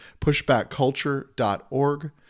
pushbackculture.org